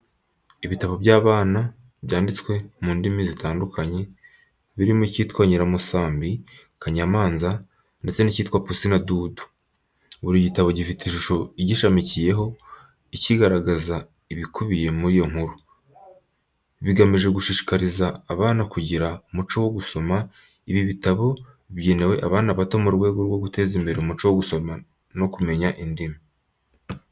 Ibitabo by’abana byanditswe mu ndimi zitandukanye, birimo icyitwa Nyiramusambi, Kanyamanza ndetse n’icyitwa Pusi na Dudu. Buri gitabo gifite ishusho igishamikiyeho, igaragaza ibikubiye mu nkuru, bigamije gushishikariza abana kugira umuco wo gusoma. Ibi bitabo bigenewe abana bato mu rwego rwo guteza imbere umuco wo gusoma no kumenya indimi.